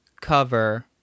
cover